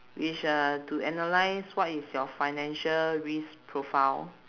which uh to analyse what is your financial risk profile